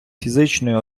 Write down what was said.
фізичної